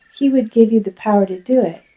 he would give you the power to do it.